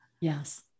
Yes